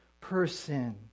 person